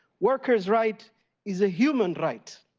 workers rights is ah human rights.